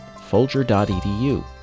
folger.edu